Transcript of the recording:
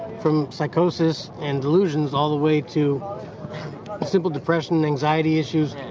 from psychosis and delusions all the way to simple depression and anxiety issues,